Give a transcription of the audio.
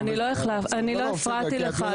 אז את לא יודעת מה קורה --- אני לא הפרעתי לך,